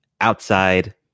outside